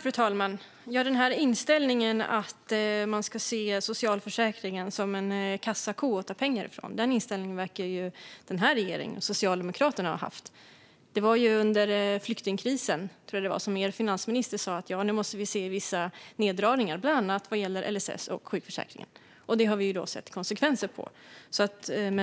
Fru talman! Inställningen att man ska se socialförsäkringen som en kassako att ta pengar från verkar regeringen och Socialdemokraterna ha haft. Det var under flyktingkrisen, tror jag, som finansministern sa att det måste bli vissa neddragningar vad gäller bland annat LSS och sjukförsäkringen. Detta har vi sett konsekvenserna av.